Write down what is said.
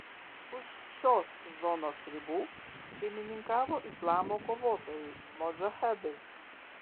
už šios zonos ribų šeimininkavo islamo kovotojai modžahedai